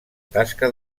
tasca